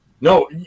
No